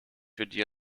eine